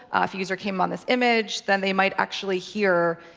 if a user came on this image, then they might actually hear,